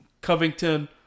covington